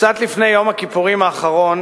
קצת לפני יום הכיפורים האחרון,